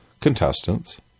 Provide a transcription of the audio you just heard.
contestants